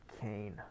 Kane